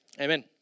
Amen